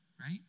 right